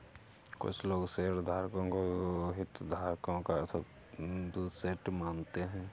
कुछ लोग शेयरधारकों को हितधारकों का सबसेट मानते हैं